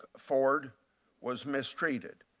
ford was mistreated.